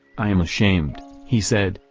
i am ashamed he said,